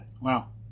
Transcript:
Wow